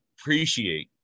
appreciate